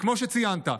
כמו שציינת,